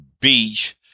Beach